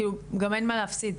כי גם אין מה להפסיד,